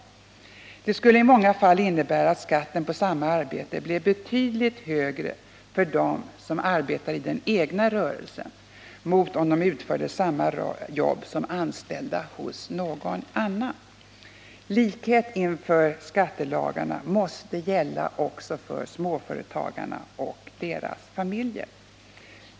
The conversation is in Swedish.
Det skulle i många fall innebära att skatten på samma arbete blev betydligt högre för dem som arbetar i den egna rörelsen än om de utförde samma arbete som anställda hos någon annan. Likhet inför skattelagarna måste gälla också för småföretagarna och deras familjer!